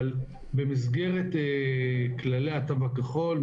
במסגרת כללי התו הכחול,